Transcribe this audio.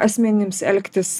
asmenims elgtis